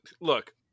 look